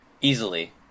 Easily